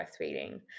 breastfeeding